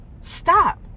Stop